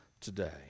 today